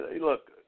Look